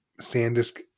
Sandisk